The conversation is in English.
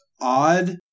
odd